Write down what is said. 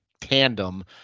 tandem